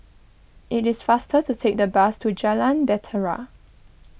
it is faster to take the bus to Jalan Bahtera